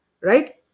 right